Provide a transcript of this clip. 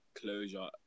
closure